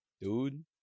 Dude